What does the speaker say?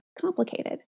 complicated